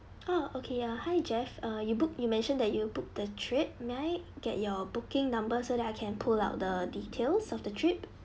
ah okay ya hi jeff uh you book you mentioned that you book the trip may I get your booking number so that I can pull out the details of the trip